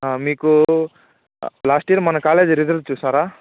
మీకు last year మన college result చూసారా